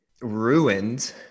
ruined